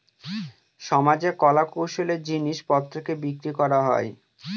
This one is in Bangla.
সমাজে কলা কৌশলের জিনিস পত্রকে বিক্রি করা হয়